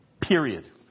period